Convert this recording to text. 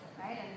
Right